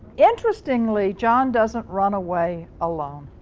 interesting ly, john doesn't run away alone.